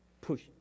push